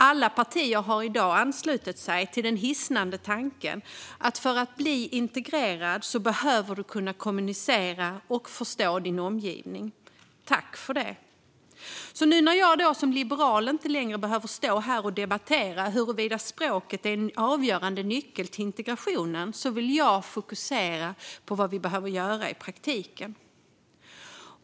Alla partier har i dag anslutit sig till den hisnande tanken att man för att bli integrerad behöver kunna kommunicera och förstå sin omgivning. Tack för det! Nu när jag som liberal inte längre behöver debattera huruvida språket är en avgörande nyckel till integrationen vill jag fokusera på vad vi behöver göra i praktiken.